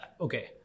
okay